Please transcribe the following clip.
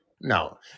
No